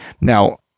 Now